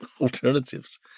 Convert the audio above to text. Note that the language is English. alternatives